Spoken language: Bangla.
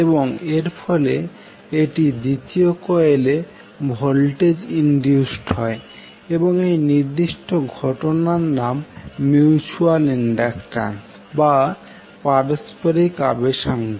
এবং এর ফলে এটি দ্বিতীয় কয়েলে ভোল্টেজ ইনডিউসড হয় এবং এই নির্দিষ্ট ঘটনার নাম মিউচুয়াল ইন্ডাকট্যান্স বা পারস্পরিক আবেশাঙ্ক